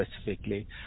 specifically